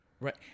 Right